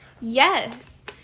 Yes